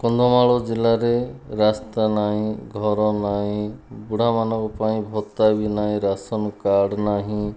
କନ୍ଧମାଳ ଜିଲ୍ଲାରେ ରାସ୍ତା ନାହିଁ ଘର ନାହିଁ ବୁଢ଼ା ମାନଙ୍କ ପାଇଁ ଭତ୍ତା ବି ନାହିଁ ରାସନ କାର୍ଡ଼ ନାହିଁ